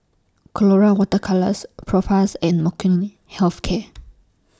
Colora Water Colours Propass and Molnylcke Health Care